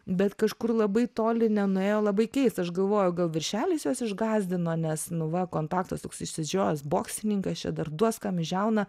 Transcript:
bet kažkur labai toli nenuėjo labai keista aš galvoju gal viršelis juos išgąsdino nes nu va kontaktas toks išsižiojęs boksininkas čia dar duos kam į žiauną